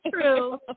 true